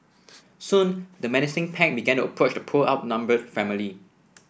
soon the menacing pack began to approach the poor outnumbered family